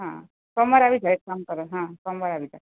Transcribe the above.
હા સોમવારે આવી જાવ એક કામ કરો હા સોમવારે આવી જાવ